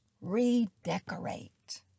Redecorate